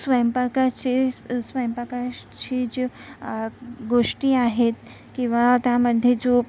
स्वयंपाकाचे स्व स्वयंपाकाशी जे गोष्टी आहेत किंवा त्यामध्ये जो